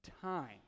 time